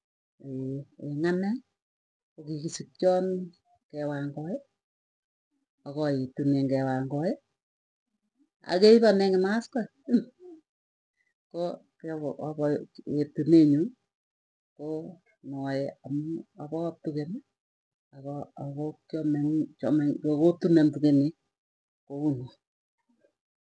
eng ane ko kikisikchon kewangoi, akaetunen kewangoi akeipon eng kimaskoi ko yetune nyuu ko mae amu apo kaptugeny. Ako kiameny kiameny kotunon tugenek kouno.